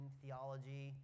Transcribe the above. theology